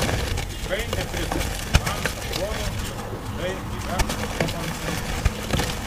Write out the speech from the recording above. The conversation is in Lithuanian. tikrai nepritariu man atrodo kad tai yra komonsencas